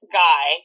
guy